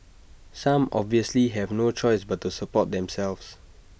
some obviously have no choice but to support themselves